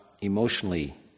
emotionally